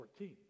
14